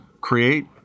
create